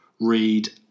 read